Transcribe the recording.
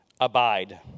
Abide